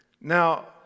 Now